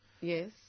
Yes